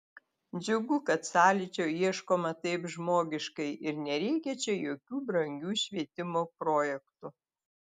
džiugu kad sąlyčio ieškoma taip žmogiškai ir nereikia čia jokių brangių švietimo projektų